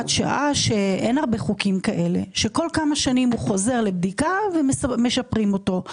אין הרבה חוקים כאלה שכל כמה שנים הוא חוזר לבדיקה ומשפרים אותו,